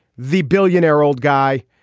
the billionaire old guy,